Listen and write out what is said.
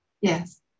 Yes